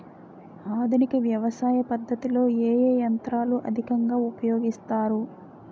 ఆధునిక వ్యవసయ పద్ధతిలో ఏ ఏ యంత్రాలు అధికంగా ఉపయోగిస్తారు?